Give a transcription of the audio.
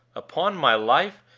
upon my life,